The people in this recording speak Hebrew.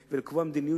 בוועדה,